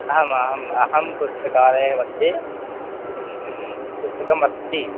अहम् अहम् अहं पुस्तकालस्य मध्ये पुस्तकमस्ति